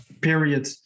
period